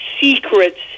secrets